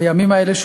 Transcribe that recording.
בימים האלה,